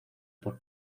por